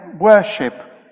worship